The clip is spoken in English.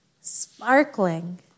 sparkling